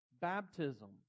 baptism